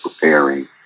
preparing